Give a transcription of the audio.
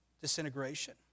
disintegration